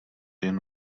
jen